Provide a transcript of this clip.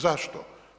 Zašto?